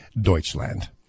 Deutschland